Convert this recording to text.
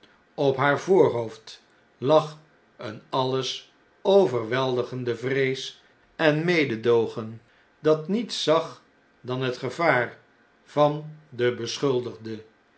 op haar voorhoofd lag eene alles overweldigende vrees en mededoogen dat niets zag dan het gevaar van den beschuldigde